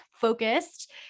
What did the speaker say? focused